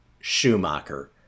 Schumacher